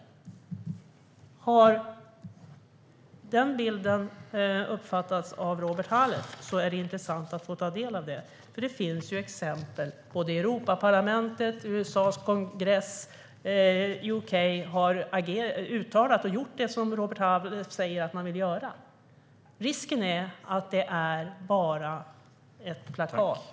Om Robert Halef har uppfattat den bilden vore det intressant att få ta del av det. Det finns ju exempel: Europaparlamentet, USA:s kongress och UK har gjort det Robert Halef säger att man vill göra. Risken är att det bara är ett plakat.